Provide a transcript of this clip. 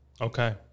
Okay